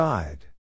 Side